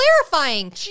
clarifying